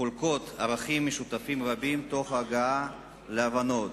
חולקות ערכים משותפים רבים תוך הגעה להבנות,